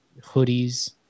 hoodies